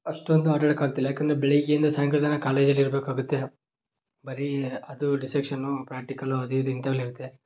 ಅಷ್ಟೊಂದು ಆಟಾಡೋಕೆ ಆಗ್ತಿಲ್ಲ ಯಾಕೆಂದ್ರೆ ಬೆಳಗ್ಗೆಯಿಂದ ಸಾಯಂಕಾಲ ತನಕ ಕಾಲೇಜಲ್ಲಿ ಇರಬೇಕಾಗುತ್ತೆ ಬರೀ ಅದು ಡಿಸೆಕ್ಷನ್ನು ಪ್ರ್ಯಾಕ್ಟಿಕಲು ಅದು ಇದು ಇಂಥವೆಲ್ಲ ಇರುತ್ತೆ